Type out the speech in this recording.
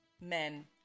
men